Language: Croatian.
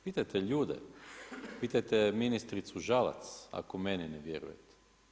Pitajte ljude, pitajte ministricu Žalac ako meni ne vjerujete.